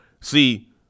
see